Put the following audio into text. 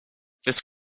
this